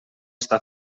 està